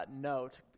note